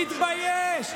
תתבייש.